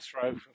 throw